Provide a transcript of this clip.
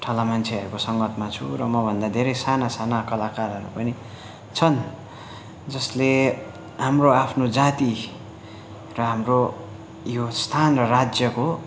ठाला मान्छेहरूको सङ्गतमा छु र मभन्दा धेरै साना साना कलाकारहरू पनि छन् जसले हाम्रो आफ्नो जाति र हाम्रो यो स्थान र राज्यको